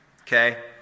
Okay